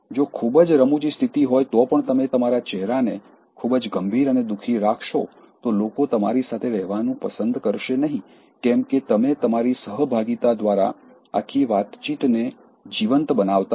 જો ખુબજ રમૂજી સ્થિતિ હોય તો પણ તમે તમારા ચહેરાને ખૂબ જ ગંભીર અને દુખી રાખશો તો લોકો તમારી સાથે રહેવાનું પસંદ કરશે નહીં કેમ કે તમે તમારી સહભાગિતા દ્વારા આખી વાતચીતને જીવંત બનાવતા નથી